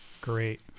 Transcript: great